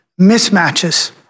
mismatches